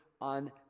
on